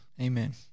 Amen